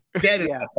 dead